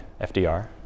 FDR